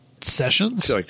sessions